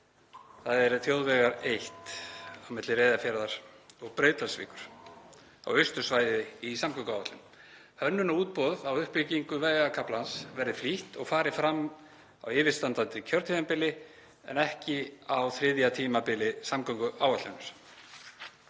þ.e. þjóðvegar 1 milli Reyðarfjarðar og Breiðdalsvíkur á austursvæði í samgönguáætlun. Hönnun og útboði á uppbyggingu vegarkaflans verði flýtt og fari fram á yfirstandandi kjörtímabili en ekki á þriðja tímabili samgönguáætlunar.